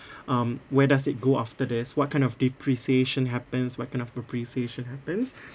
um where does it go after this what kind of depreciation happens what kind of appreciation happens